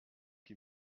qui